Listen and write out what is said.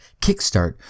kickstart